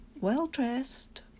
well-dressed